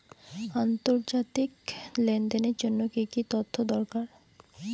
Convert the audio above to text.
আন্তর্জাতিক লেনদেনের জন্য কি কি তথ্য দরকার?